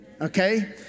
okay